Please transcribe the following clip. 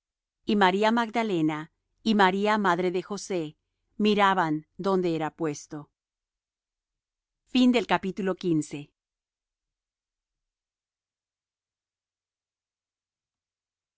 y maría magdalena y maría madre de josé miraban donde era puesto y